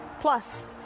Plus